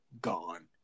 gone